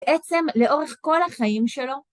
בעצם לאורך כל החיים שלו.